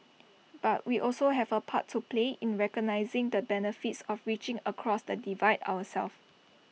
but we also have A part to play in recognising the benefits of reaching across the divide ourselves